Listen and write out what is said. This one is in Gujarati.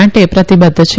માટે પ્રતિબઘ્ઘ છે